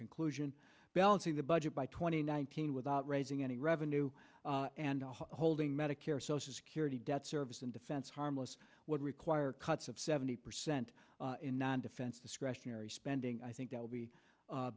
conclusion balancing the budget by twenty nineteen without raising any revenue and holding medicare social security debt service and defense harmless would require cuts of seventy percent in non defense discretionary spending i think th